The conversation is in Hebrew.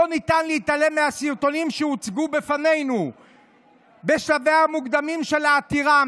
לא ניתן להתעלם מהסרטונים שהוצגו בפנינו בשלביה המוקדמים של העתירה,